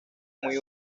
muy